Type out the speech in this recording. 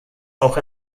auch